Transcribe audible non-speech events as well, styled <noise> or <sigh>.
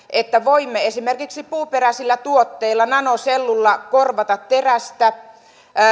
<unintelligible> että voimme esimerkiksi puuperäisillä tuotteilla nanosellulla korvata terästä